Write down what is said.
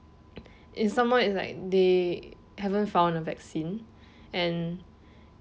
it's some more is like they haven't found a vaccine and